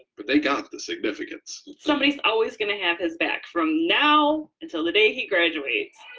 but they got the significance. somebody's always gonna have his back from now until the day he graduates.